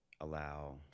allow